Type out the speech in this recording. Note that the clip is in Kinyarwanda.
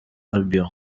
albion